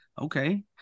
okay